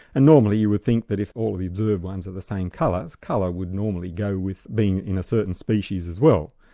and normally you would think that if all the observed ones are the same colour, colour would normally go with being in a certain species as well.